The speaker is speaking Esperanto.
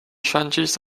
ŝanĝis